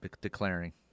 declaring